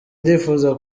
ndifuza